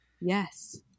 Yes